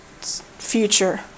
future